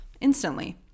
instantly